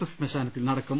S ശ്മശാനത്തിൽ നടക്കും